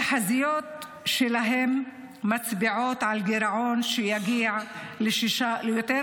התחזיות שלהם מצביעות על גירעון שיגיע ליותר